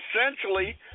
essentially